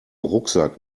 rucksack